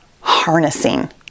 harnessing